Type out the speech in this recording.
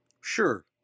Sure